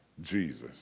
Jesus